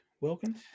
Wilkins